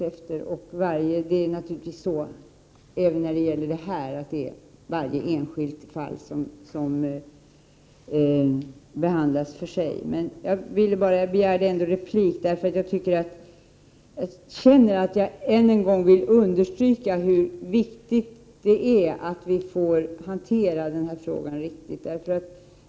Även här behandlas naturligtvis varje enskilt fall för sig. Jag begärde ordet, därför att jag än en gång vill understryka hur viktigt det är att denna fråga hanteras på ett riktigt sätt.